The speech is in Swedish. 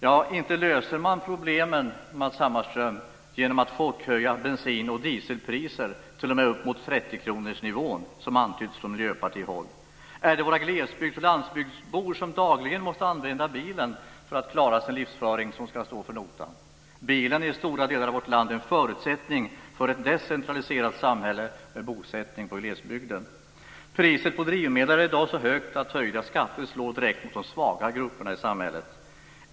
Ja, inte löser man problemen, Matz Hammarström, genom att chockhöja bensin och dieselpriser t.o.m. upp till 30 kronorsnivån som antytts från miljöpartihåll. Är det våra glesbygds och landsbygdsbor som dagligen måste använda bilen för att klara sin livsföring, som ska stå för notan? Bilen är i stora delar av vårt land en förutsättning för ett decentraliserat samhälle med bosättning på glesbygden. Priset på drivmedel är i dag så högt att höjda skatter slår direkt mot de svaga grupperna i samhället.